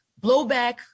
blowback